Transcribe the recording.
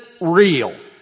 real